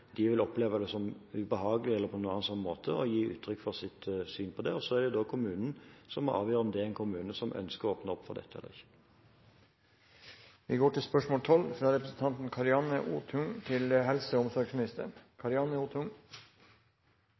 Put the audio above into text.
de vil oppleve det som ubehagelig eller på annen slik måte, å gi uttrykk for sitt syn på det. Så er det da kommunen som må avgjøre om det er en kommune som ønsker å åpne opp for dette eller